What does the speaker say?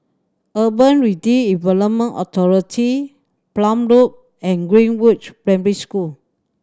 Urban Redevelopment Authority Palm Road and Greenridge Primary School